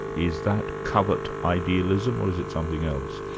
is that covert idealism, or is it something else?